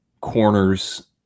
corners